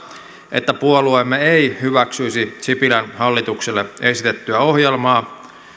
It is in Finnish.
että puolueemme ei hyväksyisi sipilän hallitukselle esitettyä ohjelmaa